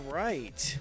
right